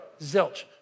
Zilch